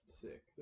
Sick